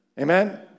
Amen